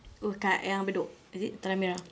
oh kat yang bedok is it tanah merah